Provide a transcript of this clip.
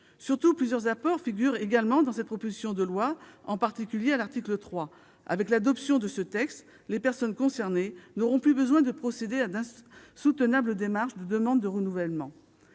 que plusieurs apports figurent dans cette proposition de loi, en particulier à l'article 3. Avec l'adoption de ce texte, les personnes concernées n'auront plus besoin de procéder à d'insoutenables démarches de demandes de renouvellement.